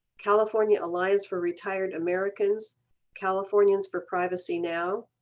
california alliance for retired americans californians for privacy. now,